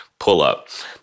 PULLUP